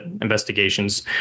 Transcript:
investigations